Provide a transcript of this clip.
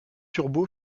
turbo